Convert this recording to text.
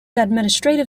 administrative